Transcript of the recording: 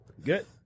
Good